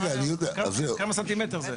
כמה סנטימטר זה.